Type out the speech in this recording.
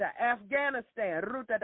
Afghanistan